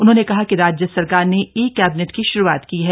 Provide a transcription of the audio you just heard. उन्होंने कहा कि राज्य सरकार ने ई कैबिनेट की श्रूआत की है